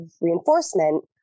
reinforcement